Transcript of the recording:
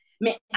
Mais